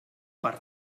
per